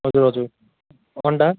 हजुर हजुर अन्डा